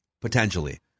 potentially